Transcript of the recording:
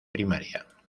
primaria